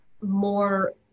more